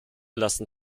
lassen